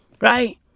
Right